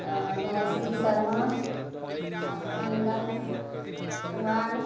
अऽ महेसरी शर्मा आ कुन्दन कुमार